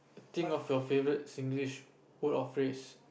think of your favourite Singlish word or phrase